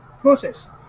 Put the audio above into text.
process